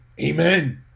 amen